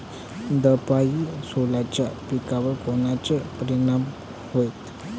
दवापायी सोल्याच्या पिकावर कोनचा परिनाम व्हते?